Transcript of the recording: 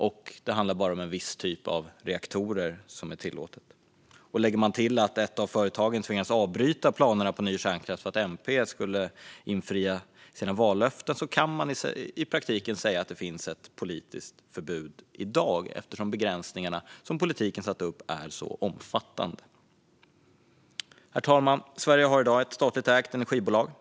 Och det är bara en viss typ av reaktorer som är tillåtna. Lägger man till att ett av företagen tvingades avbryta planerna på ny kärnkraft för att MP skulle infria sina vallöften kan man i praktiken säga att det i dag finns ett politiskt förbud, eftersom begränsningarna som politiken satt upp är omfattande. Herr talman! Sverige har i dag ett statligt ägt energibolag.